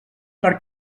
per